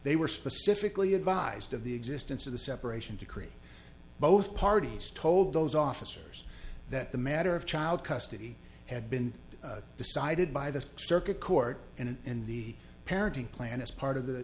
they were specifically advised of the existence of the separation to create both parties told those officers that the matter of child custody had been decided by the circuit court and the parenting plan as part of the